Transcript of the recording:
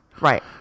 Right